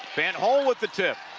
van't hul with the tip.